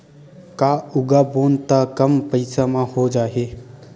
का उगाबोन त कम पईसा म हो जाही?